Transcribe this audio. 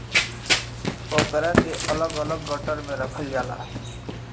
ओकरा के अलग अलग गट्ठर मे रखल जाला